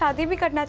yeah deepankar's